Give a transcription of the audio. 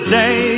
day